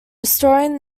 restoring